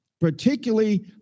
particularly